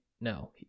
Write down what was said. No